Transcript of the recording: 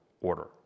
order